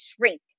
shrink